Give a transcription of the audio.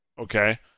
okay